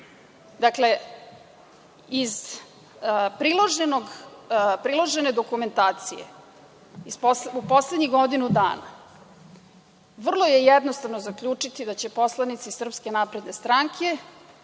dana? Dakle, iz priložene dokumentacije u poslednjih godinu dana, vrlo je jednostavno zaključiti da će poslanici SNS danas ili sutra